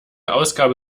ausgabe